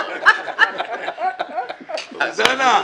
אוזנה,